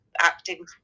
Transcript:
acting